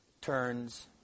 turns